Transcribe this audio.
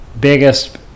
biggest